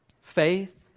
Faith